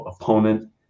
opponent